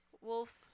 Wolf